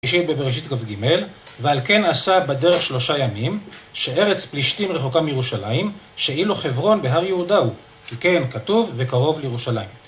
בבראשית כג, ועל כן עשה בדרך שלושה ימים שארץ פלישתים רחוקה מירושלים שאילו חברון בהר יהודה הוא, כי כן כתוב וקרוב לירושלים.